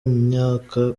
imyaka